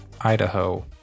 Idaho